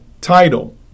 title